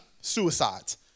Suicides